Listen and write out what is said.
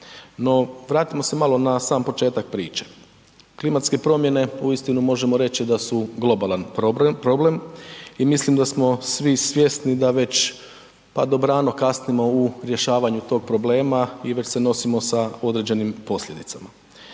No, vratimo se malo na sam početak priče klimatske promjene uistinu možemo reći da su globalan problem i mislim da smo svi svjesni da već dobrano kasnimo u rješavanju tog problema i već se nosimo sa određenim posljedicama.